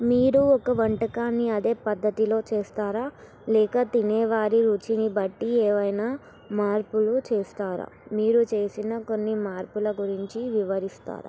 మీరు ఒక వంటకాన్ని అదే పద్ధతిలో చేస్తారా లేక తినే వారి రుచిని బట్టి ఏవైనా మార్పులు చేస్తారా మీరు చేసిన కొన్ని మార్పుల గురించి వివరిస్తారా